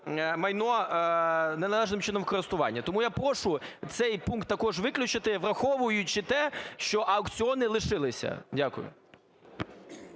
майно неналежним чином в користування. Тому я прошу цей пункт також виключити, враховуючи те, що аукціони лишилися. Дякую.